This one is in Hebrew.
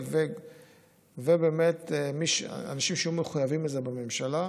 ובאמת אנשים שיהיו מחויבים לזה בממשלה.